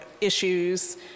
issues